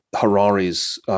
Harari's